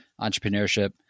entrepreneurship